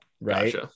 right